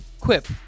quip